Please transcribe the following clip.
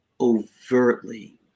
overtly